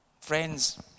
Friends